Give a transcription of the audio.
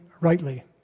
rightly